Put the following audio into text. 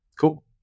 Cool